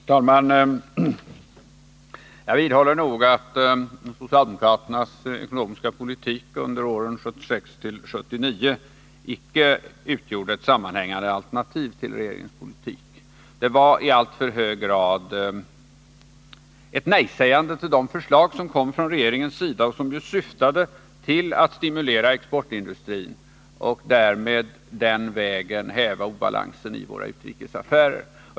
Herr talman! Jag vidhåller att socialdemokraternas ekonomiska politik under åren 1976-1979 icke utgjorde ett sammanhängande alternativ till regeringens politik. Det var i allt högre grad ett nej-sägande till de förslag som kom från regeringens sida och som ju syftade till att stimulera exportindustrin och därmed häva obalansen i våra utrikes affärer.